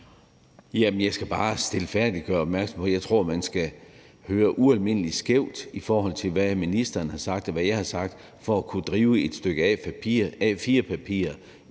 Jeg skal bare stilfærdigt gøre opmærksom på, at jeg tror, man skal høre ualmindeligt skævt, i forhold til hvad ministeren har sagt og jeg har sagt, for at kunne drive et stykke A4-papir